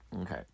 Okay